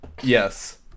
Yes